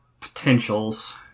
potentials